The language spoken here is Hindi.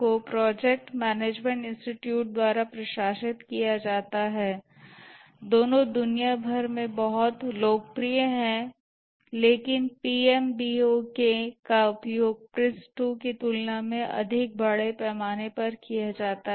को प्रोजेक्ट मैनेजमेंट इंस्टीट्यूट द्वारा प्रशासित किया जाता है दोनों दुनिया भर में बहुत लोकप्रिय हैं लेकिन PMBOK का उपयोग PRINCE2 की तुलना में अधिक बड़े पैमाने पर किया जाता है